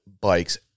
bikes